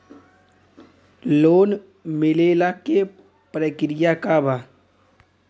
Loan मिलेला के प्रक्रिया का बा?